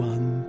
One